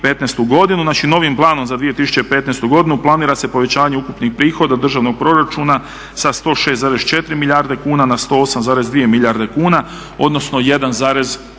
znači novim planom za 2015. planira se povećanje ukupnih prihoda državnog proračuna sa 106,4 milijarde kuna na 108,2 milijarde kuna, odnosno 1,8 milijardi